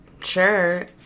Sure